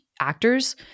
actors